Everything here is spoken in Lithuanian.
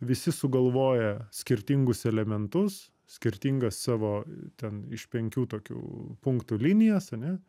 visi sugalvoja skirtingus elementus skirtingas savo ten iš penkių tokių punktų linijas ane